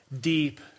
deep